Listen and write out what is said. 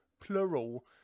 plural